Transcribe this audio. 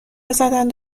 زدند